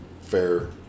fair